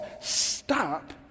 stop